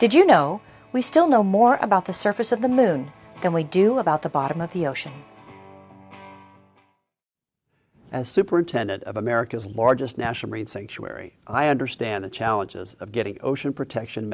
did you know we still know more about the surface of the moon than we do about the bottom of the ocean as superintendent of america's largest national read sanctuary i understand the challenges of getting ocean protection